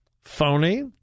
phony